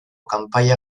kanpaia